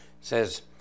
says